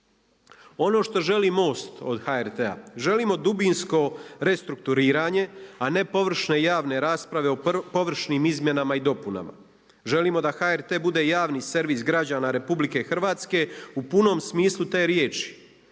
Ono što želi MOST od HRT-a, želimo dubinsko restrukturiranje, a ne površne i javne rasprave o površnim izmjenama i dopunama. Želimo da HRT bude javni servis građana RH u punom smislu te riječi.